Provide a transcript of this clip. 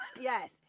Yes